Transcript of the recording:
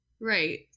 Right